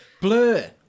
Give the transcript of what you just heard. Blur